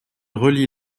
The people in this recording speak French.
relie